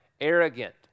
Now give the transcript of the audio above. arrogant